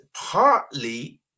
partly